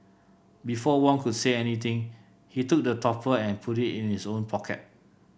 before Wong could say anything he took the topper and put it in his own pocket